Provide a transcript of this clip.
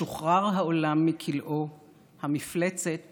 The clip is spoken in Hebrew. "משוחרר העולם מכלאו / המפלצת